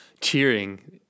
cheering